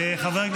חבר'ה.